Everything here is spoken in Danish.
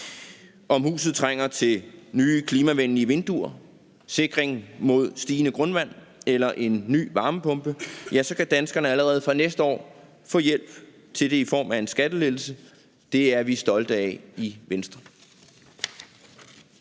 Om huset trænger til nye, klimavenlige vinduer, sikring mod stigende grundvand eller en ny varmepumpe, kan danskerne allerede fra næste år få hjælp til det i form af en skattelettelse. Det er vi stolte af i Venstre.